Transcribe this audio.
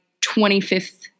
25th